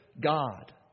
God